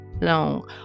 long